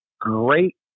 great